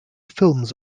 films